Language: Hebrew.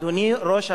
אדוני ראש הממשלה,